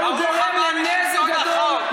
והוא גורם לנזק גדול,